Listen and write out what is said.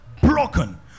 broken